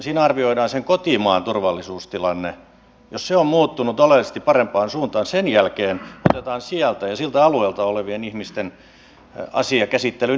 siinä arvioidaan sen kotimaan turvallisuustilanne ja jos se on muuttunut oleellisesti parempaan suuntaan sen jälkeen otetaan sieltä ja siltä alueelta olevien ihmisten asia käsittelyyn yksilöllisesti